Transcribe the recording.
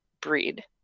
breed